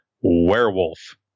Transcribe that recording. Werewolf